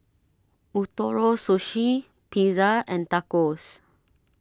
Ootoro Sushi Pizza and Tacos